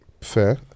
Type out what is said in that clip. Fair